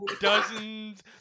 dozens